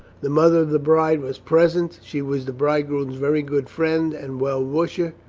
the mother of the bride was present she was the bridegroom's very good friend and well-wisher.